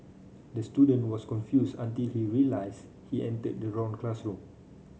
the student was confused until he realised he entered the wrong classroom